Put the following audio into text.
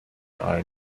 are